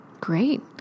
Great